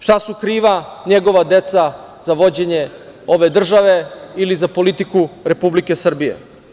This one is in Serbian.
Šta su kriva njegova deca za vođenje ove države ili za politiku Republike Srbije?